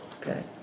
Okay